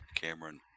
cameron